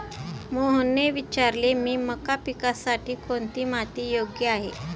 मोहनने विचारले की मका पिकासाठी कोणती माती योग्य आहे?